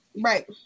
Right